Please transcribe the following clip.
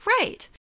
Right